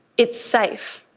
it's safe,